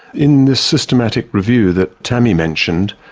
in this systematic review that tammy mentioned,